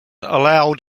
allowed